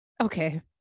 Okay